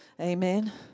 amen